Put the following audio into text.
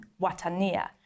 Watania